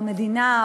או המדינה,